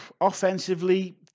Offensively